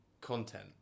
content